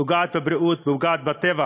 פוגעת בבריאות ופוגעת בטבע.